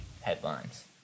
headlines